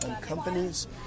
companies